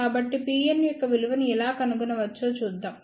కాబట్టిPn యొక్క విలువను ఎలా కనుగొనవచ్చో చూద్దాం